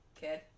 Kid